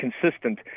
consistent